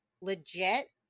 Legit